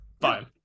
Fine